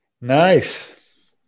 Nice